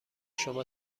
شما